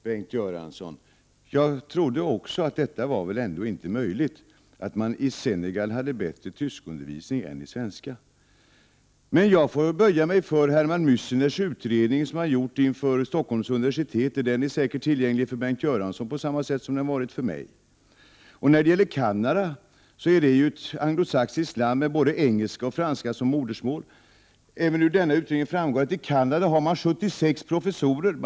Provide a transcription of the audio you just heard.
Herr talman! Jag trodde inte heller att det var möjligt, Bengt Göransson, att man i Senegal hade bättre tyskundervisning än i Sverige. Men jag får böja mig för Helmut Möässners utredning, som han har gjort för Stockholms universitet. Den är säkert tillgänglig för Bengt Göransson på samma sätt som den varit för mig. Canada är ju ett anglosaxiskt land där man har både engelska och franska som modersmål. Av utredningen framgår att man i Canada har 76 professurer i tyska.